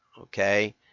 Okay